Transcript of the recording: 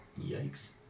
Yikes